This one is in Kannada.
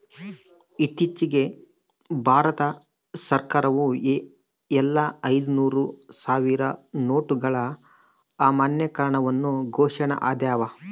ಇತ್ತೀಚಿಗೆ ಭಾರತ ಸರ್ಕಾರವು ಎಲ್ಲಾ ಐದುನೂರು ಸಾವಿರ ನೋಟುಗಳ ಅಮಾನ್ಯೀಕರಣವನ್ನು ಘೋಷಣೆ ಆಗ್ಯಾದ